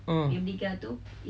ah